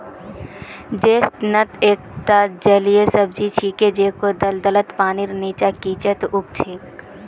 chestnut एकता जलीय सब्जी छिके जेको दलदलत, पानीर नीचा, कीचड़त उग छेक